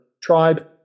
tribe